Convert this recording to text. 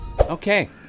Okay